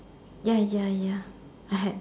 ya ya ya I had